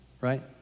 right